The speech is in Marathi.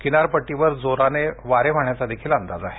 किनारपट्टीवर जोराने वारे वाहण्याचा देखील अंदाज आहे